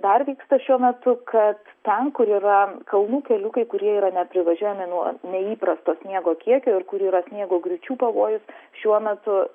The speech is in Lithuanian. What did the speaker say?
dar vyksta šiuo metu kad ten kur yra kalnų keliukai kurie yra neprivažiuojami nuo neįprasto sniego kiekio ir kur yra sniego griūčių pavojus šiuo metu